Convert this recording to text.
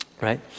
right